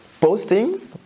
posting